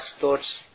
thoughts